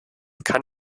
kann